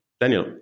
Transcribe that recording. Daniel